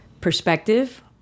perspective